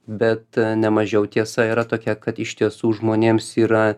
bet ne mažiau tiesa yra tokia kad iš tiesų žmonėms yra